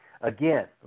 again